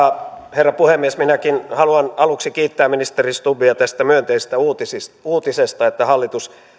herra puhemies minäkin haluan aluksi kiittää ministeri stubbia tästä myönteisestä uutisesta uutisesta että hallitus